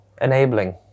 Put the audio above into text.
Enabling